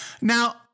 now